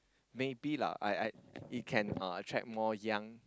maybe lah I~ I~ it can uh attract more young